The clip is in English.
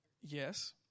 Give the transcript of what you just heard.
Yes